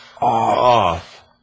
off